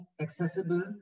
accessible